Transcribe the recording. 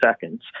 seconds